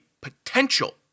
potential